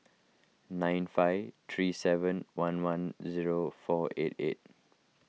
nine five three seven one one zero four eight eight